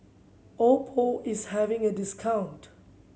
Oppo is having a discount